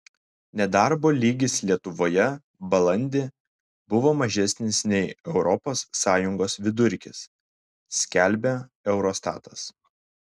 nedarbo lygis lietuvoje balandį buvo mažesnis nei europos sąjungos vidurkis skelbia eurostatas